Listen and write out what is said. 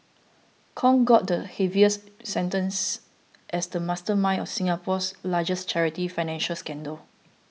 Kong got the heaviest sentence as the mastermind of Singapore's largest charity financial scandal